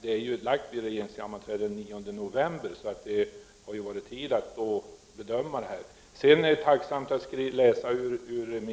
den är lagd vid regeringssammanträdet den 9 november. Det har alltså funnits tid att bedöma detta. Det är tacksamt att läsa remissvaren.